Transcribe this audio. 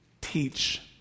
teach